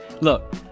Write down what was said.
Look